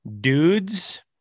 dudes